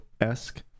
esque